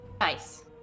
Nice